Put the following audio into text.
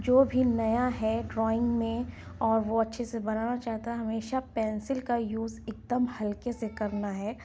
جو بھی نیا ہے ڈرائنگ میں اور وہ اچھے سے بنانا چاہتا ہے ہمیشہ پینسل کا یوز ایک دم ہلکے سے کرنا ہے